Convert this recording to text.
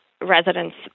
Residents